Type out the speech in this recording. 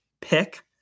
pick